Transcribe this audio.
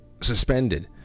suspended